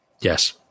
Yes